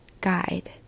guide